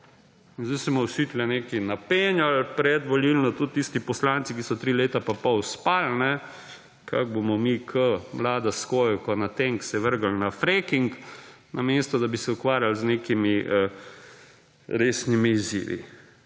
zdaj se bomo vsi tukaj nekaj napenjali, predvolilno, tudi tisti poslanci, ki so tri leta pa pol spali, kako bomo mi kot mlada skojevka nad tem se vrgli na fracking namesto, da bi se ukvarjali z nekimi resnimi izzivi.